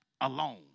alone